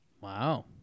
Wow